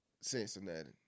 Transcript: Cincinnati